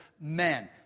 men